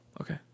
Okay